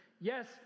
Yes